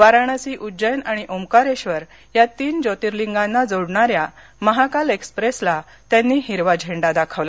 वाराणसी उज्जैन आणि ओमकारेश्वर या तीन ज्योतिर्लिंगांना जोडणाऱ्या महाकाल एक्सप्रेसला त्यांनी हिरवा झेंडा दाखवला